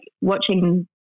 watching